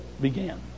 began